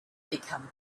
become